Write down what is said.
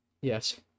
Yes